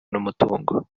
n’umutungo